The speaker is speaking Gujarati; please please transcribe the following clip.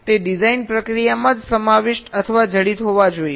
તે ડિઝાઇન પ્રક્રિયામાં જ સમાવિષ્ટ અથવા જડિત હોવા જોઈએ